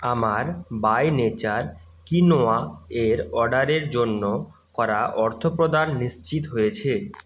আমার by Nature quinoa এর অর্ডারের জন্য করা অর্থপ্রদান নিশ্চিত হয়েছে